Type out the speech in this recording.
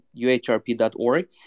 uhrp.org